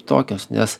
tokios nes